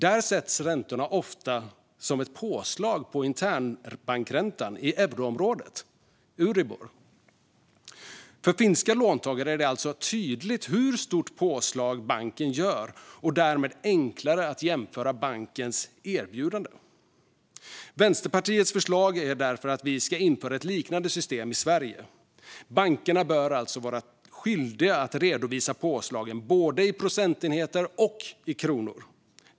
Där sätts räntorna ofta som ett påslag på internbankräntan i euroområdet, Euribor. För finska låntagare är det alltså tydligt hur stort påslag banken gör och därmed enklare att jämföra bankens erbjudande. Vänsterpartiets förslag är därför att vi ska införa ett liknande system i Sverige. Bankerna bör vara skyldiga att redovisa påslagen både i procentenheter och i kronor.